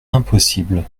impossible